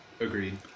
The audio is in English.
Agreed